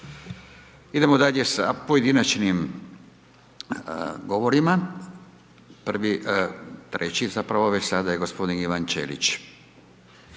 Idemo dalje sa pojedinačnim govorima. Prvi, treći zapravo već sada je gospodin Ivan Ćelić.